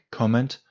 comment